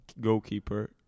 goalkeeper